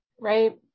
right